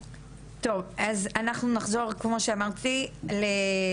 טוב, אז אנחנו נחזור כמו שאמרתי לארגונים.